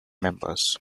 members